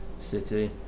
City